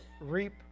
reap